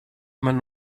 man